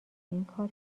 اینکار